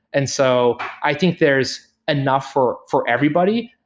and so i think there's enough for for everybody.